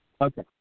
okay